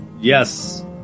yes